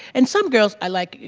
and some girls, i like,